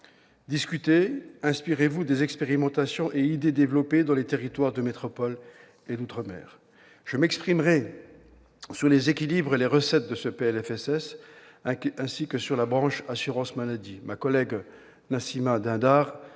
discutez, inspirez-vous des expérimentations et idées développées dans les territoires de métropole et d'outre-mer. Je m'exprimerai sur les équilibres et les recettes de ce projet de loi de financement de